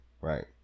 right